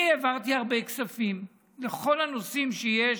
אני העברתי הרבה כספים לכל הנושאים שיש